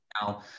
now